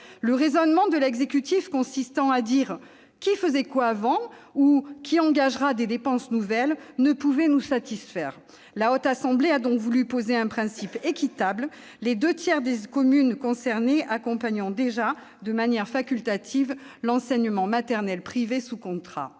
Le raisonnement de l'exécutif consistant à dire « qui faisait quoi avant ?» ou « qui engagera des dépenses nouvelles ?» ne pouvait nous satisfaire. La Haute Assemblée a donc voulu poser un principe équitable, les deux tiers des communes concernées accompagnant déjà, de manière facultative, l'enseignement maternel privé sous contrat.